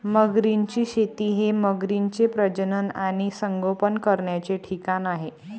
मगरींची शेती हे मगरींचे प्रजनन आणि संगोपन करण्याचे ठिकाण आहे